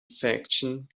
faction